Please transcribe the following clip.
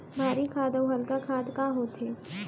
भारी खाद अऊ हल्का खाद का होथे?